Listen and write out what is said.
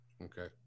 okay